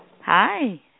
Hi